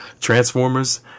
Transformers